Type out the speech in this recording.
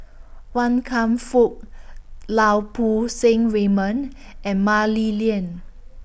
Wan Kam Fook Lau Poo Seng Raymond and Mah Li Lian